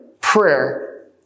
prayer